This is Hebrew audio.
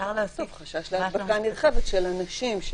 חשש להדבקה נרחבת של אנשים,